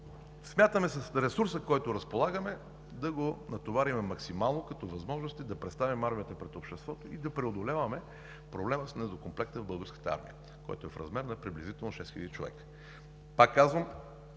Смятаме, че с ресурса, с който разполагаме, да го натоварим максимално като възможности да представим армията пред обществото и да преодоляваме проблема с недокомплекта в българската армия, което е в размер на приблизително шест хиляди човека. Пак казвам,